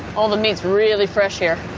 all the meat's really fresh here.